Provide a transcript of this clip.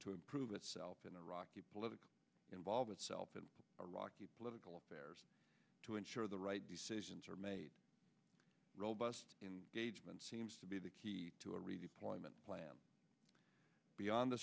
to improve itself in iraq a political involve itself in a rocky political affairs to ensure the right decisions are made robust and seems to be the key to a redeployment plan beyond